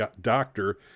doctor